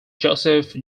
joseph